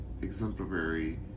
exemplary